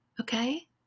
okay